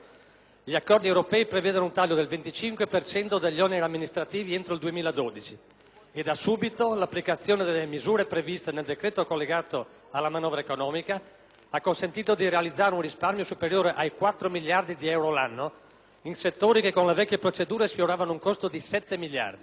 Gli accordi europei prevedono un taglio del 25 per cento degli oneri amministrativi entro il 2012 e da subito l'applicazione delle misure previste nel decreto collegato alla manovra economica ha consentito di realizzare un risparmio superiore ai 4 miliardi di euro l'anno, in settori che con le vecchie procedure sfioravano un costo di 7 miliardi.